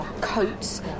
coats